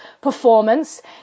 performance